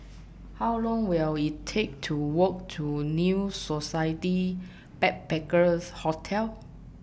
How Long Will IT Take to Walk to New Society Backpackers' Hotel